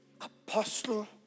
apostle